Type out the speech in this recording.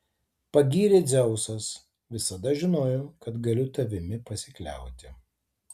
pagyrė dzeusas visada žinojau kad galiu tavimi pasikliauti